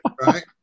right